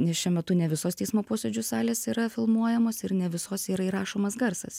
nes šiuo metu ne visos teismo posėdžių salės yra filmuojamos ir ne visose yra įrašomas garsas